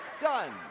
Done